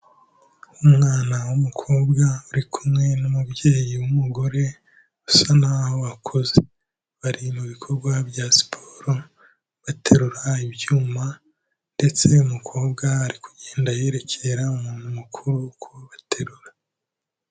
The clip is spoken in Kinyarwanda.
Umwana w'umukobwa ari kumwe n'umubyeyi w'umugore usa naho akuze, bari mu bikorwa bya siporo baterura ibyuma ndetse umukobwa ari kugenda yerekera umuntu mukuru uko aterura.